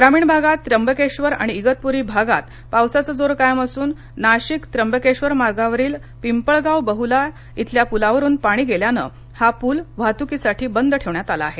ग्रामीण भागात त्र्यंबकेश्वर आणि इगतपूरी भागात पावसाचा जोर कायम असून नाशिक त्र्यंबकेश्वर मार्गावरील पिंपळगाव बहुला इथल्या पुलावरून पाणी गेल्यान हा पूल वाहतुकीसाठी बंद ठेवण्यात आला आहे